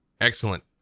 Excellent